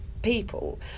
people